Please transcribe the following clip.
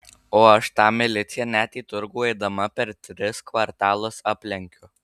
o aš tą miliciją net į turgų eidama per tris kvartalus aplenkiu